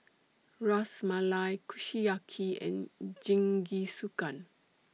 Ras Malai Kushiyaki and Jingisukan